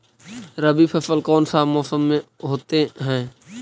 रवि फसल कौन सा मौसम में होते हैं?